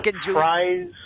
surprise